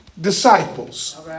disciples